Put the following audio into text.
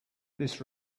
this